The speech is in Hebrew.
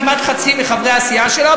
כמעט חצי מחברי הסיעה שלה,